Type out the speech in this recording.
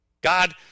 God